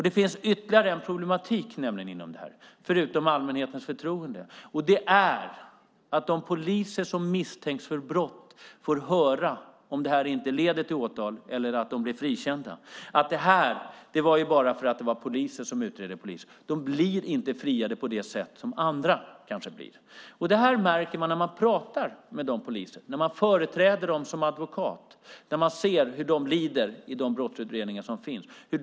Det finns nämligen ytterligare en problematik här, förutom allmänhetens förtroende, och det är att de poliser som misstänks för brott, om det inte leder till åtal eller om de blir frikända, får höra att det bara är för att det är poliser som utreder poliser. De blir inte friade på samma sätt som andra. Det märker man när man pratar med dessa poliser, när man företräder dem som advokat, när man ser hur de lider under brottsutredningarna.